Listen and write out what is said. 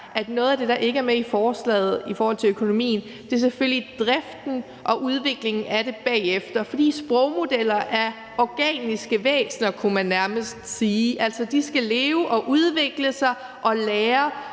at noget af det, der ikke er med i forslaget i forhold til økonomien, selvfølgelig er driften og udviklingen af det bagefter. For sprogmodeller er organiske væsener, kunne man nærmest sige. De skal leve og udvikle sig og lære,